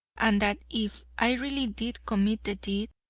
and that if i really did commit the deed,